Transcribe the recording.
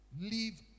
Leave